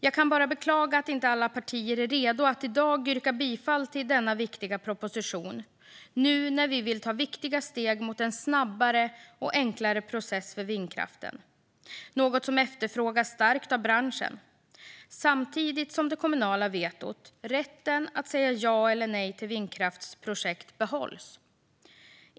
Jag kan bara beklaga att inte alla partier är redo att yrka bifall till denna viktiga proposition nu när vi vill ta viktiga steg mot en snabbare och enklare process för vindkraften, något som efterfrågas starkt av branschen, samtidigt som det kommunala vetot, rätten att säga ja eller nej till vindkraftsprojekt, behålls.